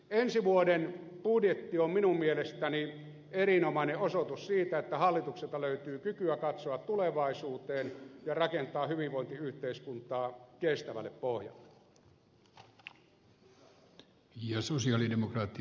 ensi vuoden budjetti on minun mielestäni erinomainen osoitus siitä että hallitukselta löytyy kykyä katsoa tulevaisuuteen ja rakentaa hyvinvointiyhteiskuntaa kestävälle pohjalle